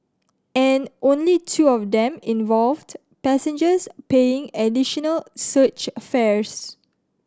and only two of them involved passengers paying additional surge a fares